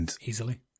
easily